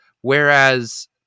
Whereas